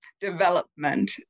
development